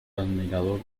admirador